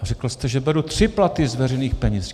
Řekl jste, že beru tři platy z veřejných peněz.